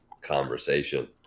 conversation